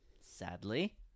sadly